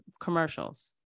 commercials